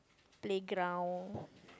playground